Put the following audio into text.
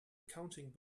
accounting